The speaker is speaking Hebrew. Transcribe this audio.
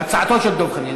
הצעתו של דב חנין,